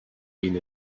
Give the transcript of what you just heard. been